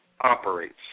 operates